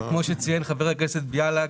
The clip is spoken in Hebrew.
כמו שציין חבר כנסת בליאק,